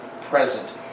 present